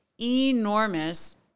enormous